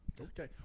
Okay